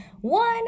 one